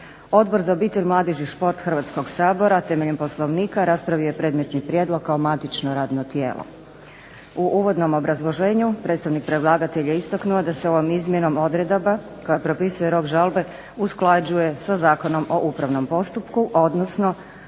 Odbor za obitelj, mladež i šport Hrvatskog sabora temeljem Poslovnika raspravio je predmetni prijedlog kao matično radno tijelo. U uvodnom obrazloženju predstavnik predlagatelja je istaknuo da se ovom izmjenom odredaba koja propisuje rok žalbe usklađuje sa Zakonom o upravnom postupku, odnosno